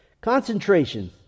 Concentration